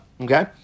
Okay